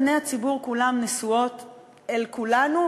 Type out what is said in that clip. עיני הציבור כולו נשואות אל כולנו,